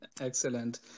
Excellent